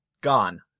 gone